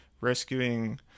rescuing